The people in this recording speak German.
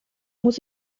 muss